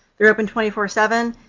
they're open twenty four seven.